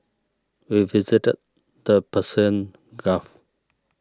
we visited the Persian Gulf